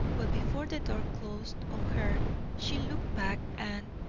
but before the door closed on her she looked back, and,